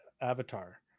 avatar